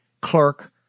clerk